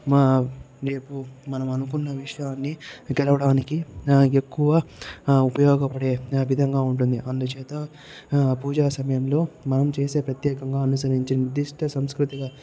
మా రేపు మనం అనుకున్న విషయాన్ని గెలవడానికి ఆ ఎక్కువ ఆ ఉపయోగపడే విధంగా ఉంటుంది అందుచేత ఆ పూజా సమయంలో మనం చేసే ప్రత్యేకంగా అనుసరించే నిర్దిష్టసాంస్కృతిక